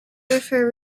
for